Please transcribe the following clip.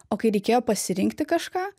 o kai reikėjo pasirinkti kažką